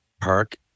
park